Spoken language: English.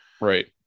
right